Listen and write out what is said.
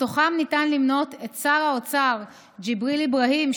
ובתוכם ניתן למנות את שר האוצר ג'יבריל איברהים,